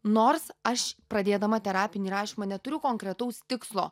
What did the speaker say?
nors aš pradėdama terapinį rašymą neturiu konkretaus tikslo